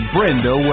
Brenda